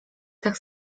tak